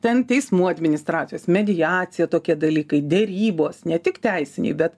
ten teismų administracijos mediacija tokie dalykai derybos ne tik teisiniai bet